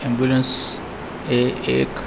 ambulance એ એક